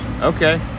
Okay